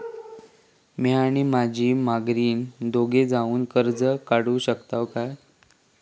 म्या आणि माझी माघारीन दोघे जावून कर्ज काढू शकताव काय?